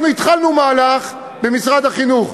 אנחנו התחלנו מהלך במשרד החינוך,